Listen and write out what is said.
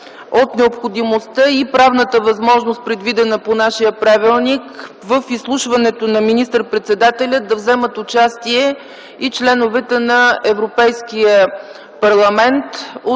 от необходимостта и правната възможност, предвидена по нашия правилник, в изслушването на министър-председателя да вземат участие и членовете на Европейския парламент